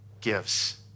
gives